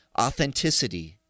authenticity